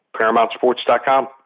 ParamountSports.com